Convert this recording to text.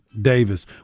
Davis